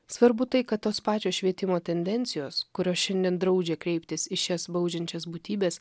svarbu tai kad tos pačios švietimo tendencijos kurios šiandien draudžia kreiptis į šias baudžiančias būtybes